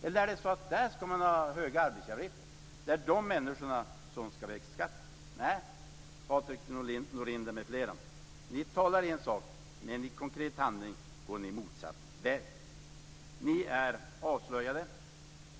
Eller är det så att man där skall ha höga arbetsgivaravgifter? Är det dessa människor som skall beskattas? Nej, Patrik Norinder m.fl., ni talar i en sak, men i konkret handling går ni motsatt väg. Ni är avslöjade.